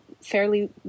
fairly